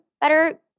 better